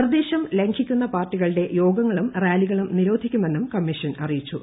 നിർദ്ദേശം ലംഘിക്കുന്ന പാർട്ടികളുടെ യോഗങ്ങളും റാലികളും നിരോധിക്കുമെന്നും കമ്മീഷൻ അറിയിച്ചു